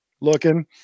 looking